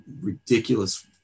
ridiculous